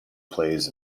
plays